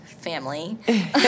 family